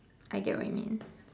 I get what you mean